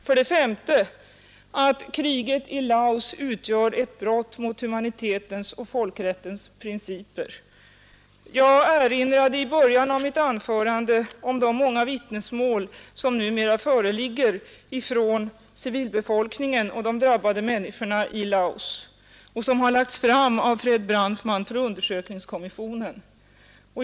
För det femte: Kriget i Laos utgör ett brott mot humanitetens och folkrättens principer. Jag erinrade i början av mitt anförande om de många vittnesmål som numera föreligger från civilbefolkningen och de drabbade människorna i Laos och som har lagts fram av Branfman för undersökningskommissionen.